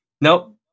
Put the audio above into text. Nope